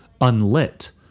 unlit